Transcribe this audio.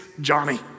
Johnny